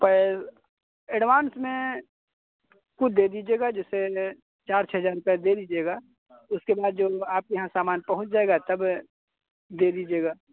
पर एडभांस मे कुछ दे दीजिएगा जैसे चार छः हजार रुपया दे दीजिएगा उसके बाद जो आपके यहाँ सामान पहुँच जायगा तब दे दीजिएगा